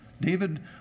David